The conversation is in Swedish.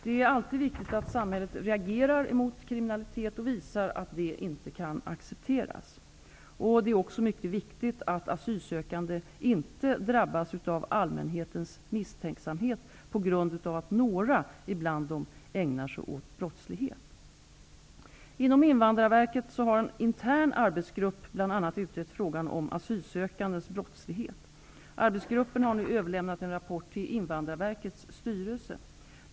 Det är alltid viktigt att samhället reagerar mot kriminalitet och visar att den inte kan accepteras. Det är också mycket viktigt att asylsökande inte drabbas av allmänhetens misstänksamhet på grund av att några bland dem ägnar sig åt brottslighet. Inom Invandraverket har en intern arbetsgrupp bl.a. utrett frågan om asylsökandes brottslighet. Arbetsgruppen har nu lämnat en rapport till Invandrarverkets styrelse.